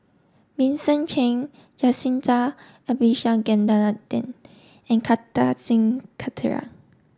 Vincent Cheng Jacintha Abisheganaden and Kartar Singh Thakral